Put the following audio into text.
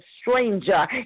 stranger